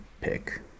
pick